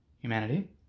humanity